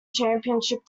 championship